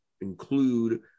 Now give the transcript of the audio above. include